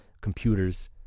computers